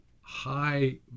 high